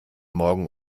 morgen